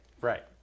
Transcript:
Right